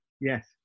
Yes